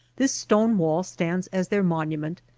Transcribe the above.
this stone wall stands as their monument,